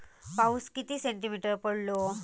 पाऊस किती सेंटीमीटर पडलो?